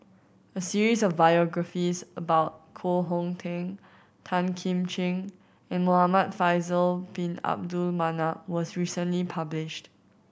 a series of biographies about Koh Hong Teng Tan Kim Ching and Muhamad Faisal Bin Abdul Manap was recently published